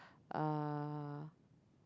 uh